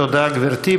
תודה, גברתי.